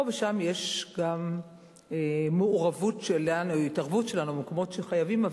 פה ושם יש גם מעורבות או התערבות שלנו במקומות שחייבים,